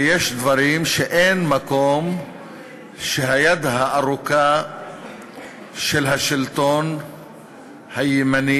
ויש דברים שאין מקום שהיד הארוכה של השלטון הימני